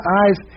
eyes